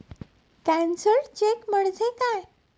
Cancelled cheque म्हणजे काय?